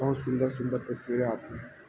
بہت سندر سندر تصویریں آتے ہیں